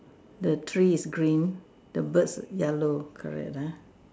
the tree is green the birds yellow correct ah